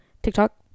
tiktok